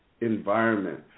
environment